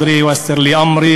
הבא רווחה ללבי והקל עלי את תפקידי,